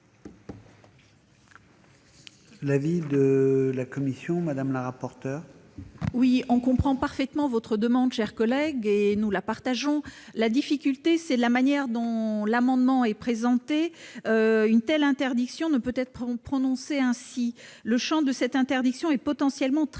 l'avis de la commission ? Nous comprenons parfaitement votre demande, cher collègue, et nous la partageons. La difficulté tient à la manière dont l'amendement est présenté : une telle interdiction ne peut être prononcée ainsi. Le champ de cette interdiction est potentiellement très